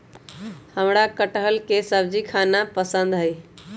हमरा कठहल के सब्जी खाना पसंद हई